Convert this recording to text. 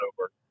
over